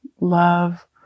love